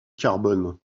carbone